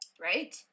right